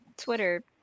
Twitter